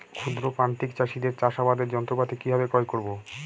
ক্ষুদ্র প্রান্তিক চাষীদের চাষাবাদের যন্ত্রপাতি কিভাবে ক্রয় করব?